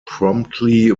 promptly